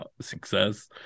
success